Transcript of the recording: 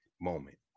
moment